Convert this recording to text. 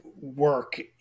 work